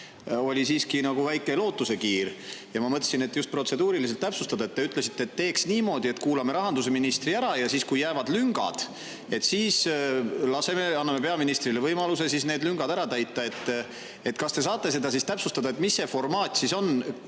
oli siiski nagu väike lootusekiir. Ja ma mõtlesin protseduuriliselt täpsustada, et te ütlesite, et teeks niimoodi, et kuulame rahandusministri ära ja siis, kui jäävad lüngad, anname peaministrile võimaluse need lüngad ära täita. Kas te saate täpsustada, mis see formaat on?